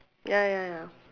ya ya ya